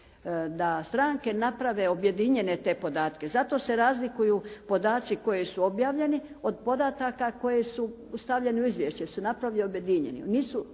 da stranke naprave objedinjene te podatke. Zato se razlikuju podaci koji su objavljeni od podataka koji su stavljeni u izvješće, da se naprave objedinjeni.